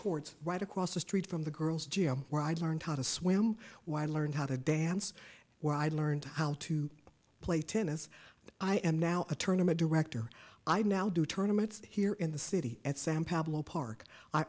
chords right across the street from the girls jail where i learned how to swim why learn how to dance where i learned how to play tennis i am now a tournament director i now do tournaments here in the city at